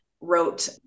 wrote